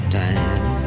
time